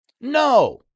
No